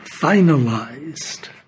finalized